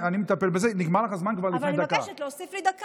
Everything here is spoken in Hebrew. את לא מנהלת את הדיון,